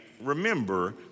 remember